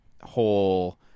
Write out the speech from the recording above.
whole